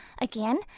Again